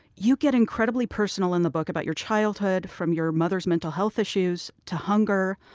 you get incredibly personal in the book about your childhood, from your mother's mental health issues, to hunger,